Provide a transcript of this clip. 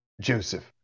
Joseph